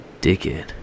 dickhead